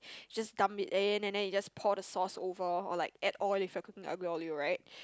just dump it in and then you just pour the sauce over or like add oil if you're cooking aglio olio right